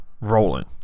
rolling